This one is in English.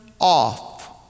Off